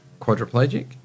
quadriplegic